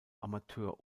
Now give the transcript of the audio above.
amateur